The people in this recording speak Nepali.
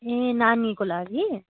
ए नानीको लागि